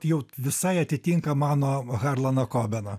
jau visai atitinka mano harlaną kobeną